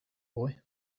boy